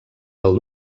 del